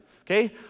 okay